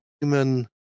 human